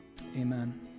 Amen